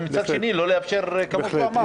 ומצד שני לא לאפשר כמו שהוא אמר.